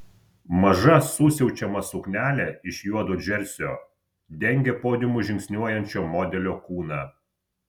maža susiaučiama suknelė iš juodo džersio dengė podiumu žingsniuojančio modelio kūną